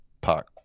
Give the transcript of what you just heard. park